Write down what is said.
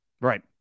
right